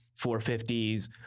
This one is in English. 450s